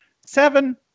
Seven